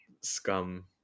scum